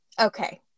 okay